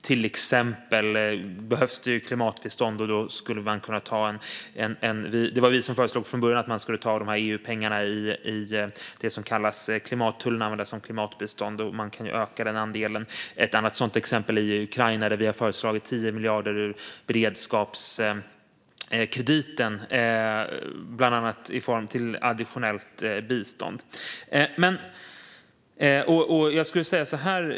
Till exempel behövs det klimatbistånd. Det var vi som först föreslog att man skulle kunna ta av EU-pengarna till det som kallas klimattullar och använda som klimatbistånd. Man kan ju öka den andelen. Ett annat exempel är Ukraina, där vi har föreslagit 10 miljarder ur beredskapskrediten bland annat i form av additionellt bistånd.